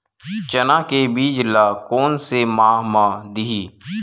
चना के बीज ल कोन से माह म दीही?